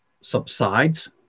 subsides